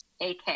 AK